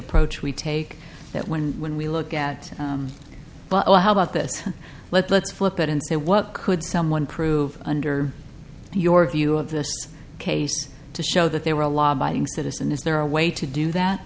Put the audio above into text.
approach we take that when when we look at well how about this let's flip it and say what could someone prove under your view of this case to show that they were a law abiding citizen is there a way to do that